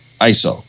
Iso